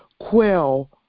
quell